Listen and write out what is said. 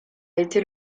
été